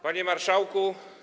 Panie Marszałku!